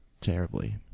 terribly